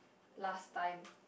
last time